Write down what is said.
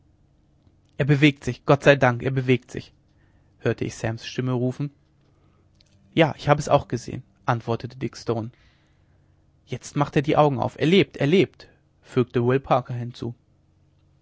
er bewegt sich gott sei dank er bewegt sich hörte ich sams stimme rufen ja ich habe es auch gesehen antwortete dick stone jetzt macht er die augen auf er lebt er lebt fügte will parker hinzu